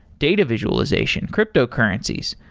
data visualization, cryptocurrencies,